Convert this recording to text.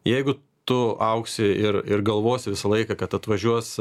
jeigu tu augsi ir ir galvosi visą laiką kad atvažiuos